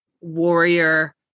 warrior